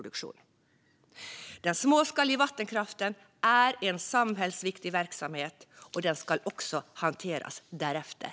Den småskaliga vattenkraften är en samhällsviktig verksamhet och ska hanteras därefter.